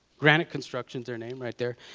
granite construction is there name, right there,